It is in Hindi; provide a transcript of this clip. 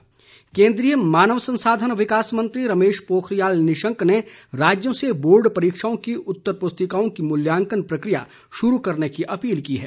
पोखरियाल केंद्रीय मानव संसाधन विकास मंत्री रमेश पोखरियाल निशंक ने राज्यों से बोर्ड परीक्षाओं की उत्तर पुस्तिकाओं की मूल्यांकन प्रक्रिया शुरू करने की अपील की है